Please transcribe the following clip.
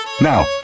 Now